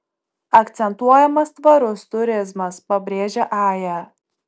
akcentuojamas tvarus turizmas pabrėžia aja